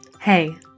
Hey